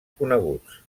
coneguts